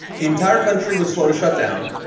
the entire country was slow to shut down,